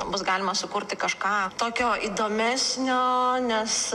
bus galima sukurti kažką tokio įdomesnio nes